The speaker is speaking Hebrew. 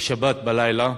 בשבת בלילה,